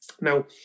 Now